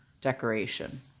decoration